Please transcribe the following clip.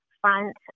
front